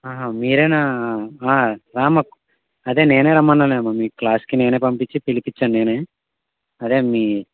అహా మీరేనా రామ్మా అదే నేనే రమ్మన్నానమ్మా మీ క్లాస్కి అహా పంపిచ్చి పిలిపించా నేనే అదే మీ